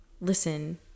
listen